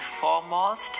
foremost